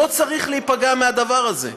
לא צריכה להיפגע מהדבר הזה.